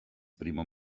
primo